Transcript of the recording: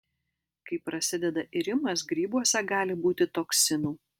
kai prasideda irimas grybuose gali būti toksinų